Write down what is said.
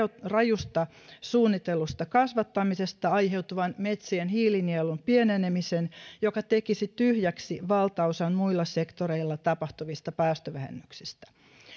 rajusta suunnitellusta kasvattamisesta aiheutuvan metsien hiilinielun pienenemisen joka tekisi tyhjäksi valtaosan muilla sektoreilla tapahtuvista päästövähennyksistä